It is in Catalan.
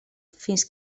fins